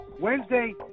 Wednesday